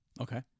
Okay